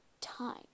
time